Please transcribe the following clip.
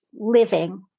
living